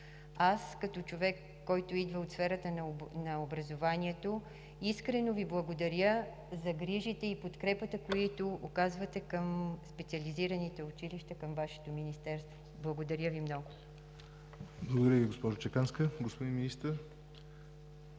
Аз, като човек, който идва от сферата на образованието, искрено Ви благодаря за грижите и подкрепата, които оказвате към специализираните училища към Вашето министерство. Благодаря Ви много! ПРЕДСЕДАТЕЛ ЯВОР НОТЕВ: Благодаря Ви, госпожо Чеканска. Господин Министър,